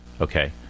okay